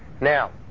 Now